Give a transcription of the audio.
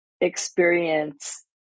experience